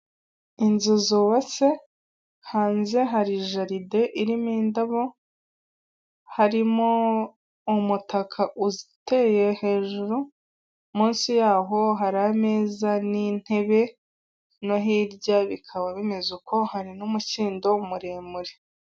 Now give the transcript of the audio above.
Hano ni mu nkomane z'umuhanda, aho umuhanda usukira, hari uturongo tw'umweru, aho abanyamaguru bambukira, kugira ngo abayobozi b'ibinyabiziga batabahutaza.